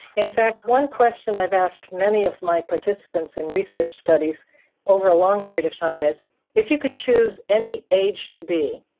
in fact one question i have asked many of my participants in research studies over a long period of time is if you could choose any age to be,